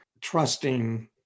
trusting